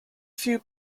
few